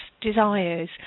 desires